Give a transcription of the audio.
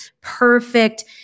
perfect